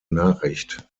nachricht